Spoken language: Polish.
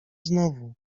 znowu